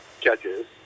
judges